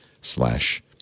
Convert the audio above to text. slash